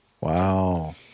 Wow